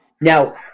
Now